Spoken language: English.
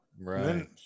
Right